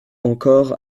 encore